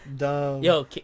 Yo